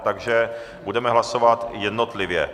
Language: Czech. Takže budeme hlasovat jednotlivě.